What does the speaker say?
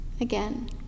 again